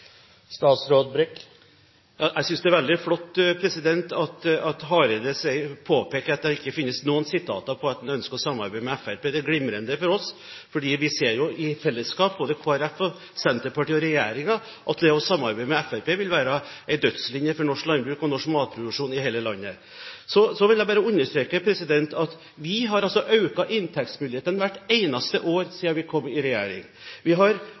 Det er glimrende for oss, for vi ser jo i fellesskap, både Kristelig Folkeparti, Senterpartiet og regjeringen, at det å samarbeide med Fremskrittspartiet vil være en dødslinje for norsk landbruk og norsk matproduksjon i hele landet. Så vil jeg bare understreke at vi har økt inntektsmulighetene hvert eneste år siden vi kom i regjering. Vi har